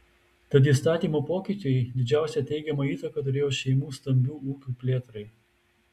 tad įstatymo pokyčiai didžiausią teigiamą įtaką turėjo šeimų stambių ūkių plėtrai